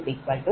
1486j0